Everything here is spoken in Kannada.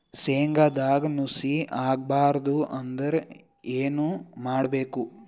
ಶೇಂಗದಾಗ ನುಸಿ ಆಗಬಾರದು ಅಂದ್ರ ಏನು ಮಾಡಬೇಕು?